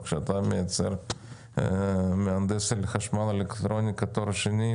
כשאתה מייצר מהנדס חשמל או אלקטרוניקה עם תואר שני,